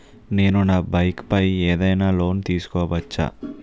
నేను నా బైక్ పై ఏదైనా లోన్ తీసుకోవచ్చా?